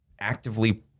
actively